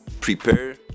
prepare